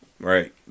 Right